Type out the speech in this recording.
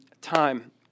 time